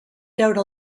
treure